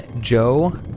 Joe